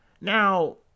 Now